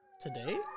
Today